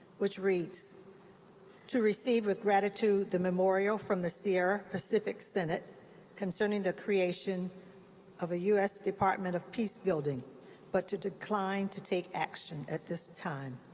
which reads to receive with gratitude the memorial from the sierra pacific synod concerning the creation of a u s. department of peacebuilding but to decline to take action at this time.